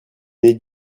nez